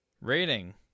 rating